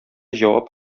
җавап